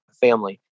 family